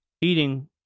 Eating